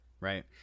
right